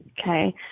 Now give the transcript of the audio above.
Okay